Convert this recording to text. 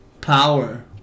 Power